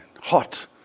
hot